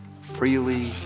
freely